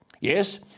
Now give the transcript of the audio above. Yes